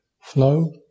flow